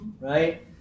right